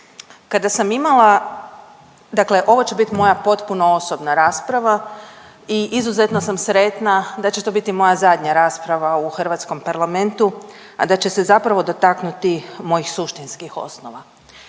Kada sam imala, dakle ovo će bit moja potpuno osobna rasprava i izuzetno sam sretna da će to biti moja zadnja rasprava u Hrvatskom parlamentu, a da će se zapravo dotaknuti mojih suštinskih osnova.